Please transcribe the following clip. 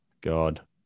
God